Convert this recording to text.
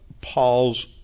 Paul's